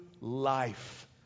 life